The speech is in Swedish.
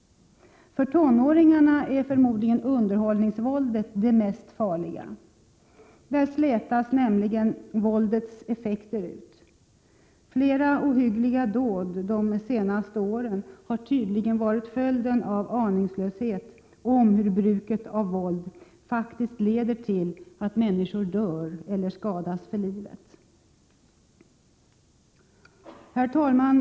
För tonåringarna är förmodlingen underhållningsvåldet det mest farliga. Där slätas nämligen våldets effekter ut. Flera ohyggliga dåd de senaste åren har tydligen varit följden av aningslöshet om att bruket av våld faktiskt leder till att människor dör eller skadas för livet. Herr talman!